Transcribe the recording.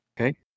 Okay